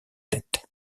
tête